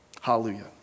Hallelujah